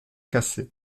cassé